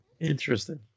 Interesting